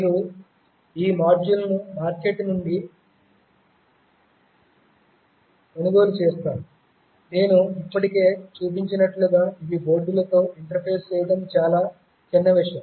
మీరు ఈ మాడ్యూళ్ళను మార్కెట్ నుండి కొనుగోలు చేస్తారు నేను ఇప్పటికే చూపించినట్లుగా ఇవి బోర్డులతో ఇంటర్ఫేస్ చేయడం చాలా చిన్న విషయం